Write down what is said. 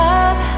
up